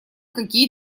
какие